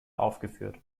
aufgeführt